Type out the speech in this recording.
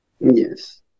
Yes